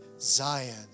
Zion